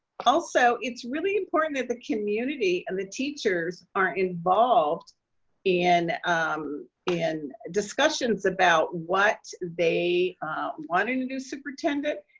also, it's really important that the community and the teachers are involved and um in discussions about what they want in a new superintendent,